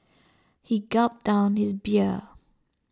he gulped down his beer